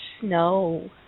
snow